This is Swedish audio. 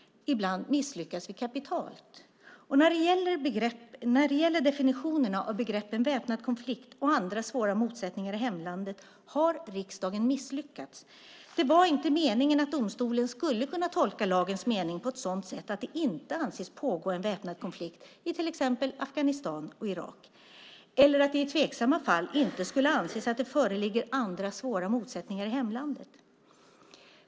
Ibland misslyckas vi kapitalt. När det gäller definitionerna av begreppen väpnad konflikt och andra svåra motsättningar i hemlandet har riksdagen misslyckats. Det var inte meningen att domstolen skulle kunna tolka lagens mening på ett sådant sätt att det inte anses pågå en väpnad konflikt i till exempel Afghanistan och Irak, eller att det i tveksamma fall inte skulle anses att det föreligger andra svåra motsättningar i hemlandet.